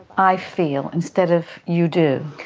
i feel instead of you do.